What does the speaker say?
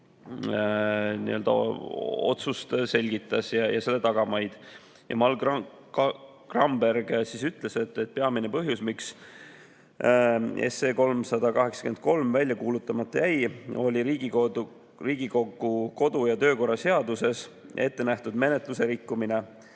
presidendi otsust ja selle tagamaid. Mall Gramberg ütles, et peamine põhjus, miks 383 SE välja kuulutamata jäi, oli Riigikogu kodu- ja töökorra seaduses ette nähtud menetluse rikkumine.